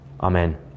Amen